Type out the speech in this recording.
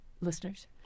listeners